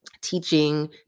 teaching